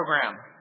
program